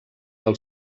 del